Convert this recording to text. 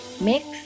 Mix